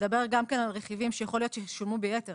מדבר גם כן על רכיבים שיכול להיות שישולמו ביתר,